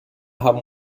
haben